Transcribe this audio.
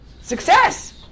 Success